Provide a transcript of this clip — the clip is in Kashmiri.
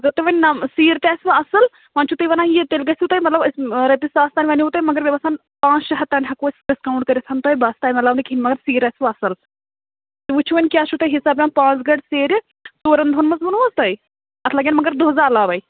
اَگر تُہۍ وۄنۍ نَم سیٖر تہِ آسوٕ اَصٕل وۄنۍ چھُو تُہۍ وَنان یہِ تیٚلہِ گژھوٕ تۄہہِ مطلب أسۍ رۄپییہِ ساس تام وَنیاوُ تۄہہِ مَگر مےٚ باسان پانژھ شےٚ ہَتھ تام ہٮ۪کَو أسۍ ڈِسکاوُنٹ کٔرِتھ بَس تمہِ علاوٕ نہٕ کِہِنۍ مَگر سیٖر آسوٕاَصٕل تُہۍ وٕچھِو وۄنۍ کیاہ چھُو تۄہہِ حِساب یِوان پانژھ گٲڈۍ سیرِ ژورَن دۄہَن منٛز ووٚنوٕ حظ تۄہہِ اَتھ لگَن مَگر دۄہ زٕ علاوَے